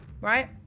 right